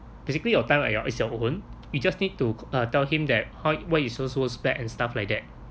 basically your time like your is your own you just need to tell him that how why you so so bad and stuff like that